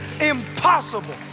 impossible